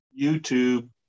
YouTube